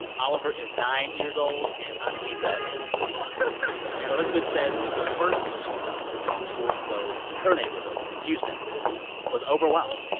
oliver is nine years old, and anhita is twenty months and elizabeth says the first thing she felt when schools closed in and her neighborhood in houston was overwhelmed